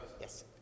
Yes